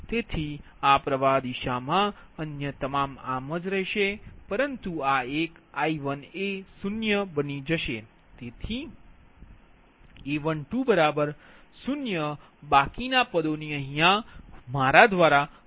તેથી આ પ્રવાહ દિશામાં અન્ય તમામ આમ જ રહેશે પરંતુ આ એક I1એ 0 બની જશે તેથી A120બાકીના હું ગણતરી કરીશ